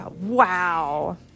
Wow